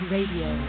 Radio